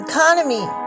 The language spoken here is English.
Economy